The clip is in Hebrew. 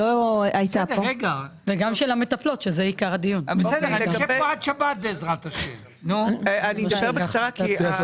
שלא יתנו את השיפוי כי השיפוי